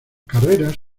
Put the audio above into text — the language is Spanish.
carreras